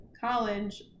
college